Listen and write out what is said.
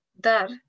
Dar